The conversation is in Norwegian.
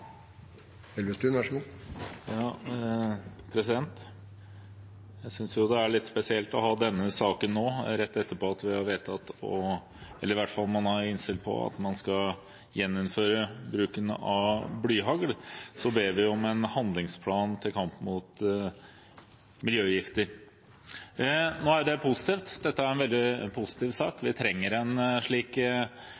litt spesielt å ha denne saken nå rett etter at man har vedtatt – eller i hvert fall har innstilt på – at man skal gjeninnføre bruken av blyhagl. Og så ber vi om en handlingsplan til kamp mot miljøgifter! Nå er jo det positivt, dette er en veldig positiv sak, vi trenger en slik